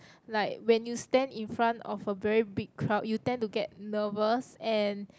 like when you stand in front of a very big crowd you tend to get nervous and